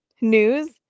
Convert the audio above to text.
news